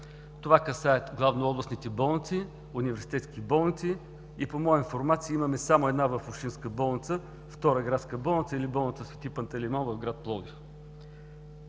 Това касае главно областните болници, университетските болници и по моя информация имаме само едно в общинска болница – Втора градска болница, или болница „Свети Пантелеймон“ в град Пловдив.